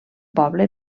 poble